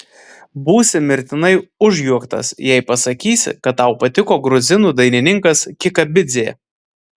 būsi mirtinai užjuoktas jei pasakysi kad tau patiko gruzinų dainininkas kikabidzė